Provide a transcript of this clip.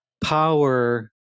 power